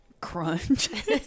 Crunch